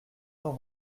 cent